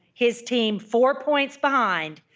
his team four points behind,